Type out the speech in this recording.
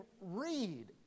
read